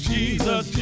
Jesus